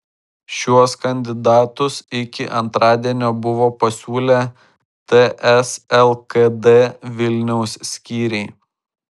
šiuos kandidatus iki antradienio buvo pasiūlę ts lkd vilniaus skyriai